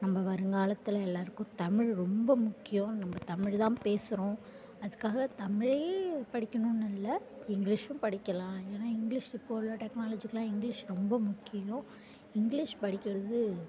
நம்ம வருங்காலத்தில் எல்லாருக்கும் தமிழ் ரொம்ப முக்கியம் நம்ம தமிழ் தான் பேசுகிறோம் அதுக்காக தமிழையே படிக்கணுன்னு இல்லை இங்கிலீஷும் படிக்கலாம் இல்லைனா இங்கிலிஷ் இப்போ உள்ள டெக்னலாஜிக்கிலாம் இங்கிலிஷ் ரொம்ப முக்கியம் இங்கிலிஷ் படிக்கிறது